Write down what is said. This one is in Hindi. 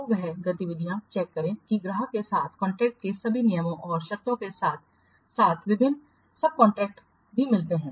तो इन गतिविधियों चेक करें कि ग्राहक के साथ कॉन्ट्रैक्ट के सभी नियमों और शर्तों के साथ साथ विभिन्न सबकॉन्ट्रैक्टर भी मिलते हैं